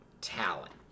talent